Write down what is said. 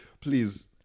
Please